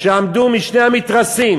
שעמדו משני עברי המתרס.